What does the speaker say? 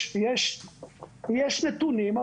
יש נתונים,